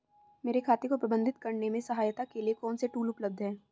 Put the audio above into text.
मेरे खाते को प्रबंधित करने में सहायता के लिए कौन से टूल उपलब्ध हैं?